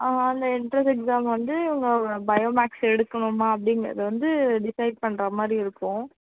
ஆ அந்த entrance exam வந்து இவங்க பயோ மேக்ஸ் எடுக்கணுமா அப்படிங்கிறது வந்து டிசைட் பண்ணுற மாதிரி இருக்கும்